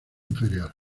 inferior